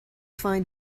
find